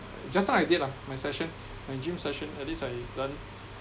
just now I did lah my session my gym session at least I done